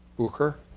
bucher?